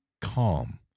calm